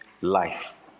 life